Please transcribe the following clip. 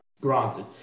granted